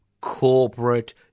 corporate